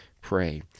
pray